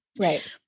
Right